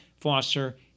foster